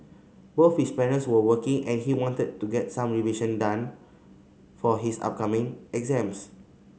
both his parents were working and he wanted to get some revision done for his upcoming exams